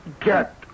Get